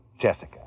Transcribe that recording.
Jessica